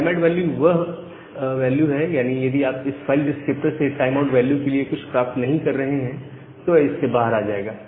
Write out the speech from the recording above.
time out value वह है यानी यदि आप इस फाइल डिस्क्रिप्टर से टाइम आउट वेल्यू के लिए कुछ प्राप्त नहीं कर रहे हैं तो यह इससे बाहर आ जाएगा